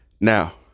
Now